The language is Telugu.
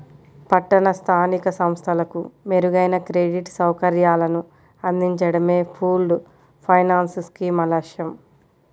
పట్టణ స్థానిక సంస్థలకు మెరుగైన క్రెడిట్ సౌకర్యాలను అందించడమే పూల్డ్ ఫైనాన్స్ స్కీమ్ లక్ష్యం